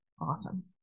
awesome